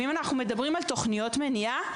ואם אנחנו מדברים על תוכניות מניעה,